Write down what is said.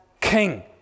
king